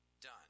done